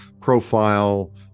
profile